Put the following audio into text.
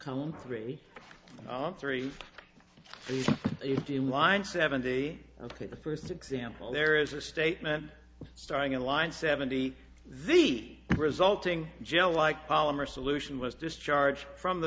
on three on three if you line seventy ok the first example there is a statement starting in line seventy the resulting gel like polymer solution was discharged from the